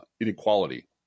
inequality